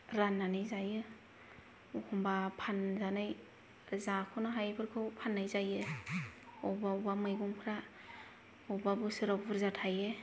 राननानै जायो अखम्बा फानजानाय जाख'नो हायिफोरखौ फाननाय जायो अबेबा अबेबा मैगंफ्रा अबेबा बोसोराव बुरजा थायो